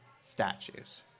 statues